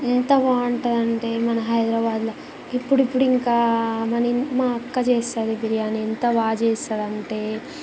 ఎంత బాగుంటుందంటే మన హైదరాబాద్లో ఇప్పుడిప్పుడింకా మా ఇన్ మా అక్క చేస్తుంది బిర్యానీ ఎంత బాగా చేస్తుంది అంటే